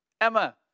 Emma